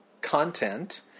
content